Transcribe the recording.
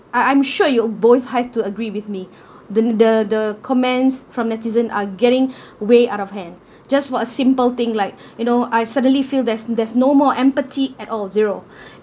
I I'm sure you boys have to agree with me the the the comments from netizens are getting way out of hand just what a simple thing like you know I suddenly feel there's there's no more empathy at all zero